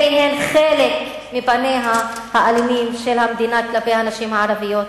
אלה חלק מפניה האלימים של המדינה כלפי הנשים הערביות,